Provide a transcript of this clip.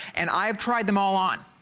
and i um tried them all on.